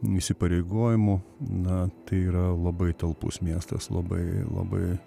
įsipareigojimų na tai yra labai talpus miestas labai labai